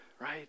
right